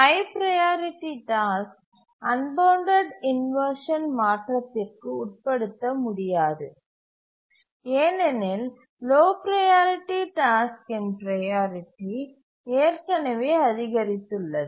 high priority task unbounded inversion மாற்றத்திற்கு உட்படுத்த முடியாது ஏனெனில் லோ ப்ரையாரிட்டி டாஸ்க்கின் ப்ரையாரிட்டி ஏற்கனவே அதிகரித்துள்ளது